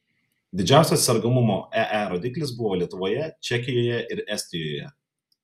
didžiausias sergamumo ee rodiklis buvo lietuvoje čekijoje ir estijoje